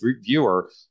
viewer